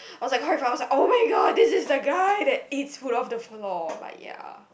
I was like horrified I was like oh my god this is the guy that eats food off the floor but ya